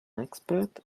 expert